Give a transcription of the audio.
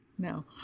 No